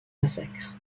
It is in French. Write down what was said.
massacre